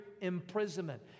imprisonment